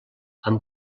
amb